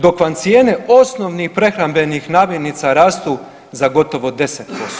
Dok vam cijene osnovnih prehrambenih namirnica rastu za gotovo 10%